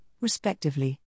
respectively